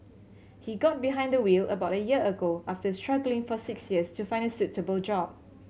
he got behind the wheel about a year ago after struggling for six years to find a suitable job